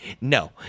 No